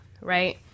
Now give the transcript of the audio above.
right